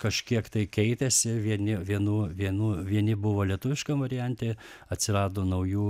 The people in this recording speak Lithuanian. kažkiek tai keitėsi vieni vienų vienų vieni buvo lietuviškam variante atsirado naujų